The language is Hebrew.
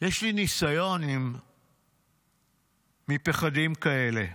יש לי ניסיון עם פחדים כאלה.